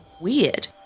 weird